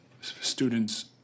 students